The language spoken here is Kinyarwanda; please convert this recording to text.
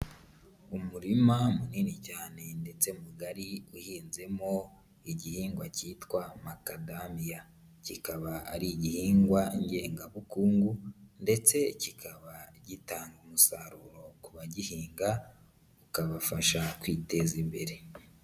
Umurima munini cyane ndetse mugari uhinzemo igihingwa cyitwa matadamiya, kikaba ari igihingwa ngengabukungu, ndetse kikaba gitanga umusaruro ku bagihinga bikabafasha kwiteza imbere.